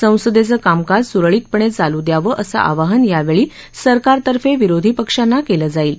संसदेच कामकाज सुरळीतपणे चालू द्यावं असं आवाहन यावेळी सरकारतफें विरोधी पक्षांना केलं जाईल